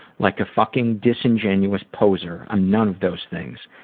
like a fucking disingenuous poser. i'm none of those things.